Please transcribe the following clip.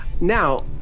Now